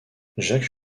jacques